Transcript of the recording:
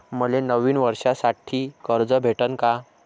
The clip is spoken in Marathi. मले नवीन वर्षासाठी कर्ज भेटन का?